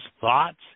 thoughts